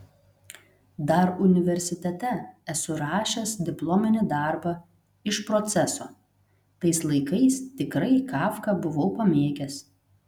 dar universitete esu rašęs diplominį darbą iš proceso tais laikais tikrai kafką buvau pamėgęs